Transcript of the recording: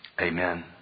Amen